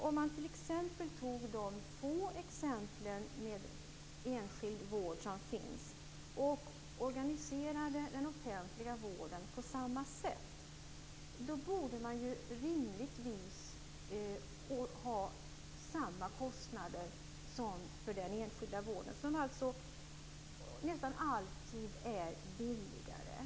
Om man organiserade den offentliga vården på samma sätt som i de få exemplen med enskild vård som finns, borde ju kostnaderna rimligtvis bli samma som för den enskilda vården, som nästan alltid är billigare.